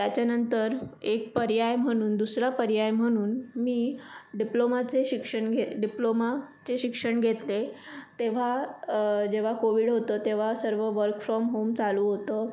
त्याच्यानंतर एक पर्याय म्हणून दुसरा पर्याय म्हणून मी डिप्लोमाचे शिक्षण घे डिप्लोमाचे शिक्षण घेतले तेव्हा जेव्हा कोविड होतं तेव्हा सर्व वर्क फ्रॉम होम चालू होतं